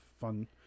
fun